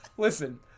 Listen